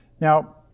Now